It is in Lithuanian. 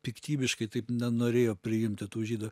piktybiškai taip nenorėjo priimti tų žydų